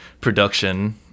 production